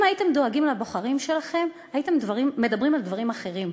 אם הייתם דואגים לבוחרים שלכם הייתם מדברים על דברים אחרים.